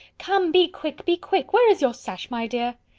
come be quick, be quick! where is your sash, my dear?